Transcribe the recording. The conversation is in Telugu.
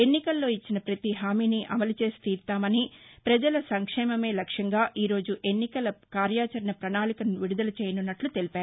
ఎన్నికల్లో ఇచ్చిన పతి హామీని అమలుచేసి తీరుతామని ప్రజల సంక్షేమమే లక్ష్యంగా ఈరోజు ఎన్నికల కార్యాచరణ పణాళికను విడుదల చేయనున్నట్లు తెలిపారు